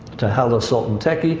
to hala sultan tekke,